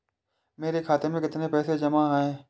मेरे खाता में कितनी पैसे जमा हैं?